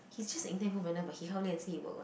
he just but he said he work [what]